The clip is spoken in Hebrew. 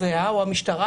התובע או המשטרה,